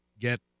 get